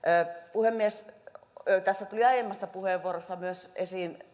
puhemies tässä tulivat aiemmassa puheenvuorossa esiin